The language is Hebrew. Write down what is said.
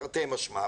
תרתי משמע,